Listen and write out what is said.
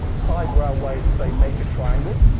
high brow way to say make a triangle,